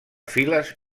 files